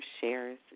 shares